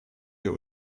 wir